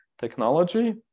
technology